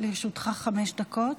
לרשותך חמש דקות.